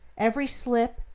every slip,